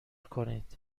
کنید